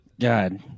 God